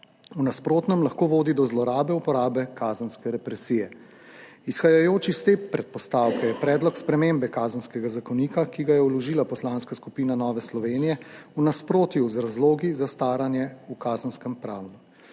v nasprotnem lahko vodi do zlorabe uporabe kazenske represije. Izhajajoč iz te predpostavke je predlog spremembe Kazenskega zakonika, ki ga je vložila Poslanska skupina Nove Slovenije, v nasprotju z razlogi za staranje v kazenskem pravu.